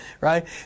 Right